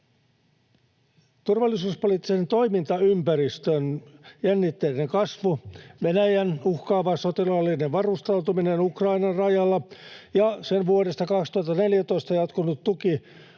Turvallisuuspoliittisen toimintaympäristön jännitteiden kasvu, Venäjän uhkaava sotilaallinen varustautuminen Ukrainan rajalla ja sen vuodesta 2014 jatkunut tuki